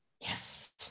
Yes